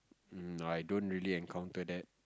um I don't really encounter that